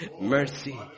mercy